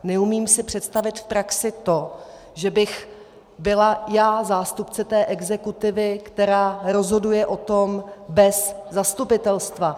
Neumím si představit v praxi to, že bych byla já zástupce exekutivy, která o tom rozhoduje bez zastupitelstva.